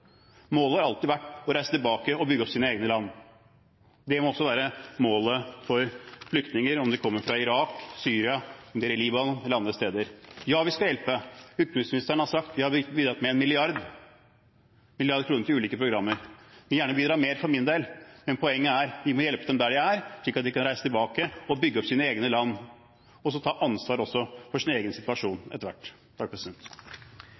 Målet har alltid vært å reise tilbake og bygge opp sitt eget land. Det må være målet for flyktninger – om de kommer fra Irak, fra Syria, om de er i Libanon eller andre steder. Ja, vi skal hjelpe. Utenriksministeren har sagt at vi har bidratt med 1 mrd. kr. til ulike programmer. Vi må for min del gjerne bidra mer, men poenget er: Vi må hjelpe dem der de er, slik at de kan reise tilbake og bygge opp sitt eget land – og etter hvert også ta ansvar for sin egen situasjon.